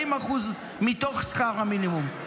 40% מתוך שכר המינימום,